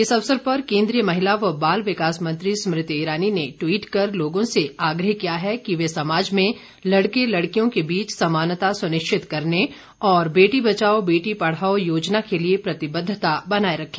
इस अवसर पर केन्द्रीय महिला व बाल विकास मंत्री स्मृति ईरानी ने ट्वीट कर लोगों से आग्रह किया है कि वे समाज में लड़के लड़कियों के बीच समानता सुनिश्चित करने और बेटी बचाओ बेटी पढ़ाओ योजना के लिए प्रतिबद्धता बनाये रखें